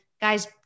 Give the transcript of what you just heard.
guys